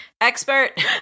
Expert